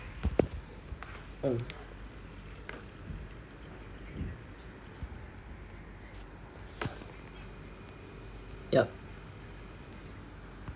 um yep